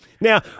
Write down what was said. Now